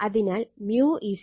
അതിനാൽ μ μ0 μr ആണ്